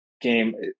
game